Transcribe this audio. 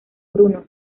bruno